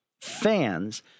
fans